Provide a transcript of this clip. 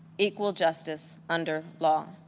equal justice, under law.